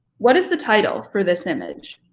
what is the title for this image?